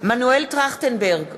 מנואל טרכטנברג,